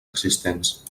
existents